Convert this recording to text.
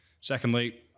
Secondly